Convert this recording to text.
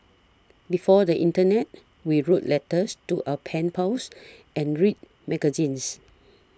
before the internet we wrote letters to our pen pals and read magazines